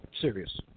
Serious